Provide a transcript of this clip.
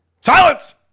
Silence